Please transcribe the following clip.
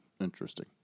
Interesting